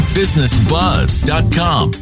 businessbuzz.com